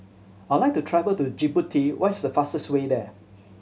I like to travel to Djibouti what is the fastest way there